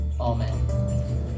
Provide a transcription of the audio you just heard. Amen